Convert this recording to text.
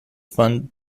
fund